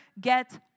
get